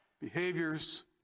behaviors